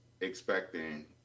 expecting –